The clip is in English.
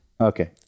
Okay